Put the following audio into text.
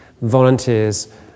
volunteers